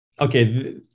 okay